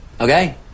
Okay